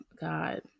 God